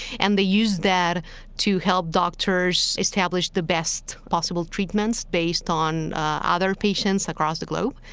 and they use that to help doctors establish the best possible treatments based on other patients across the globe.